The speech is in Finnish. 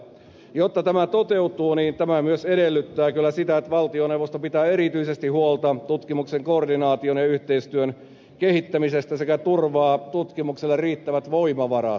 jotta tämä toteutuu niin tämä myös edellyttää kyllä sitä että valtioneuvosto pitää erityisesti huolta tutkimuksen koordinaation ja yhteistyön kehittämisestä sekä turvaa tutkimukselle riittävät voimavarat